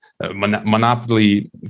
monopoly